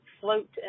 float